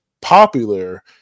popular